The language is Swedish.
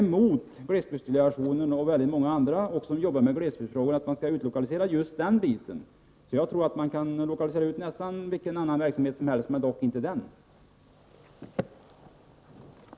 Detta förslag går alltså mot glesbygdsdelegationen och många andra som arbetar med glesbygdsfrågorna. Jag tror alltså att man kan lokalisera ut nästan vilken annan verksamhet som helst, dock inte glesbygdsdelegationen.